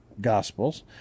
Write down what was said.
Gospels